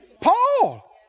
Paul